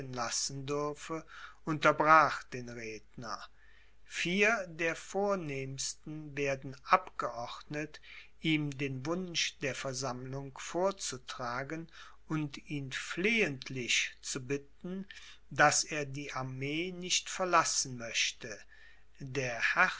lassen dürfe unterbrach den redner vier der vornehmsten werden abgeordnet ihm den wunsch der versammlung vorzutragen und ihn flehentlich zu bitten daß er die armee nicht verlassen möchte der